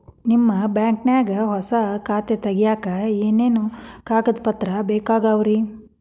ನಿಮ್ಮ ಬ್ಯಾಂಕ್ ನ್ಯಾಗ್ ಹೊಸಾ ಖಾತೆ ತಗ್ಯಾಕ್ ಏನೇನು ಕಾಗದ ಪತ್ರ ಬೇಕಾಗ್ತಾವ್ರಿ?